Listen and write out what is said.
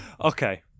Okay